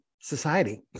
society